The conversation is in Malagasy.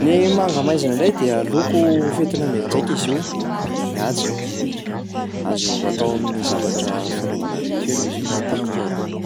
Ny manga maizina indray dia loko fietina mianjaika izy io, mihaja. Azo atao amin'ny zavatra fanaovana rituel izy io matetika loko.